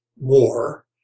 war